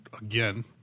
again